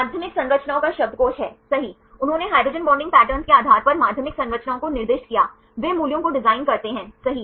माध्यमिक संरचनाओं का शब्दकोश है सही उन्होंने हाइड्रोजन बॉन्डिंग पैटर्न के आधार पर माध्यमिक संरचनाओं को निर्दिष्ट किया वे मूल्यों को डिज़ाइन करते हैंसही